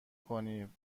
کنی